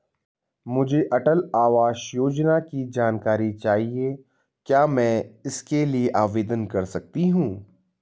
मुझे अटल आवास योजना की जानकारी चाहिए क्या मैं इसके लिए आवेदन कर सकती हूँ?